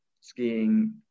skiing